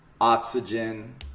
oxygen